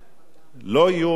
לא יהיו מכשול,